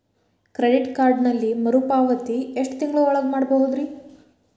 Credit ಕಾರ್ಡಿನಲ್ಲಿ ಮರುಪಾವತಿ ಎಷ್ಟು ತಿಂಗಳ ಒಳಗ ಮಾಡಬಹುದ್ರಿ?